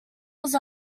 was